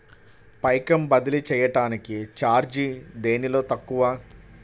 పైకం బదిలీ చెయ్యటానికి చార్జీ దేనిలో తక్కువ?